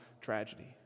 tragedy